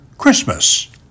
Christmas